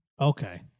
okay